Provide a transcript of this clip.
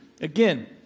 again